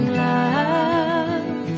love